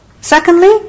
Secondly